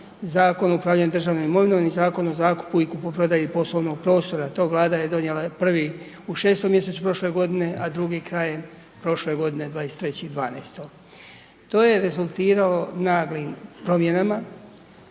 Zakon o upravljanju državnom imovinom i Zakon o zakupu i kupoprodaji poslovnog prostora, to Vlada je donijela prvi u 6. mjesecu prošle godine, a drugi krajem prošle godine 23.12. To je rezultiralo naglim promjenama